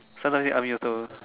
sometimes army also